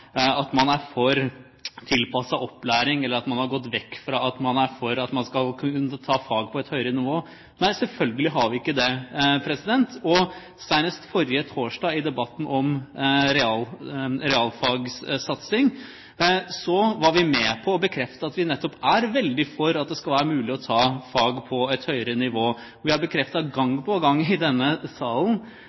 at man er for at man skal kunne ta fag på et høyere nivå. Nei, selvfølgelig har vi ikke det. Senest forrige torsdag i debatten om realfagsatsing var vi med på å bekrefte at vi nettopp er veldig for at det skal være mulig å ta fag på et nøyere nivå. Vi har bekreftet gang på gang i denne salen